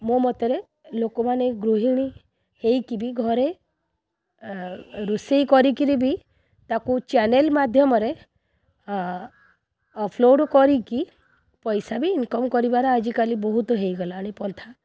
ମୋ ମତରେ ଲୋକ ମାନେ ଗୃହିଣୀ ହୋଇକି ବି ଘରେ ରୋଷେଇ କରି କିରି ବି ତାକୁ ଚ୍ୟାନେଲ୍ ମାଧ୍ୟମରେ ଅପଲୋଡ଼୍ କରିକି ପଇସା ବି ଇନ୍କମ୍ କରିବାର ଆଜିକାଲି ବହୁତ ହୋଇଗଲାଣି ପନ୍ଥା